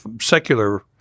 secular